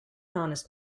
honest